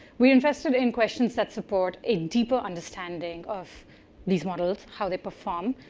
we're interested in questions that support a deeper understanding of these models, how they perform,